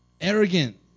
Arrogant